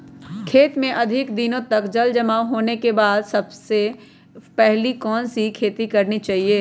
खेत में अधिक दिनों तक जल जमाओ होने के बाद सबसे पहली कौन सी खेती करनी चाहिए?